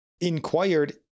inquired